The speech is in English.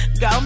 go